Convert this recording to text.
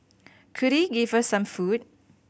could he give her some food